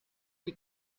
die